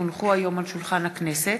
כי הונחו היום על שולחן הכנסת,